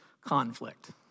conflict